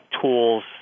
tools